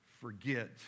forget